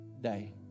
day